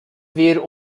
wir